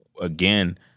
again